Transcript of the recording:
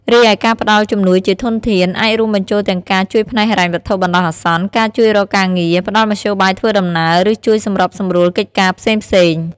រីឯ ការផ្តល់ជំនួយជាធនធាន អាចរួមបញ្ចូលទាំងការជួយផ្នែកហិរញ្ញវត្ថុបណ្តោះអាសន្ន ការជួយរកការងារ ផ្តល់មធ្យោបាយធ្វើដំណើរ ឬជួយសម្របសម្រួលកិច្ចការផ្សេងៗ។